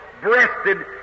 Breasted